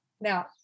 Now